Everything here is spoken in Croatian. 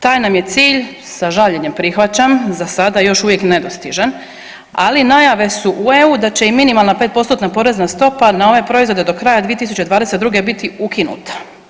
Taj nam je cilj, sa žaljenjem prihvaćam za sada još uvijek nedostižan, ali najave su u EU da će i minimalna 5%-tna porezna stopa na ove proizvode do kraja 2022. biti ukinuta.